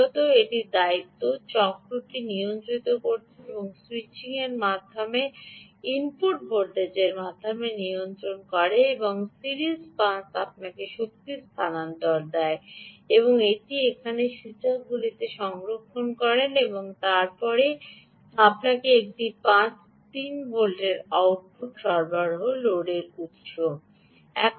মূলত এই দায়িত্ব চক্রটি নিয়ন্ত্রিত হয় এই স্যুইচিংটি এই স্যুইচিংকে এই ইনপুট ভোল্টেজের মাধ্যমে নিয়ন্ত্রিত হয় এবং সিরিজ পাস আপনাকে শক্তি স্থানান্তর করতে দেয় এবং এটি এখানে সূচকগুলিতে সংরক্ষণ করুন এবং তারপরে আপনাকে একটি 3 ভোল্ট আউটপুট সরবরাহ করে লোড উত্স করে